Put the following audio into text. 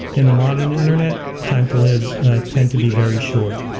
in the modern internet, time to lives tend to be very short.